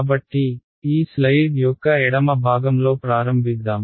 కాబట్టి ఈ స్లయిడ్ యొక్క ఎడమ భాగంలో ప్రారంభిద్దాం